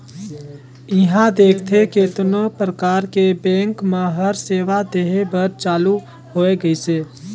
इहां देखथे केतनो परकार के बेंक मन हर सेवा देहे बर चालु होय गइसे